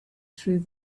through